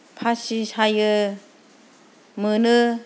फासि सायो मोनो